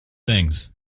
things